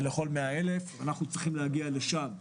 2 לכל 100,000 ואנחנו צריכים להגיע לשם.